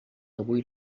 avui